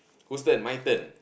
whose turn my turn